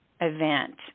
event